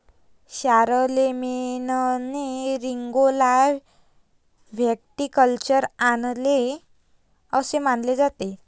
शारलेमेनने रिंगौला व्हिटिकल्चर आणले असे मानले जाते